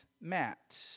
Matt